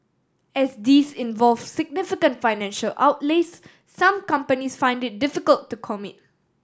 as these involve significant financial outlays some companies find it difficult to commit